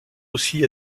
aussi